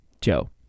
Joe